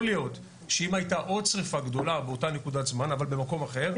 יכול להיות שאם הייתה עוד שריפה גדולה באותו זמן אבל במקום אחר,